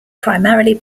primarily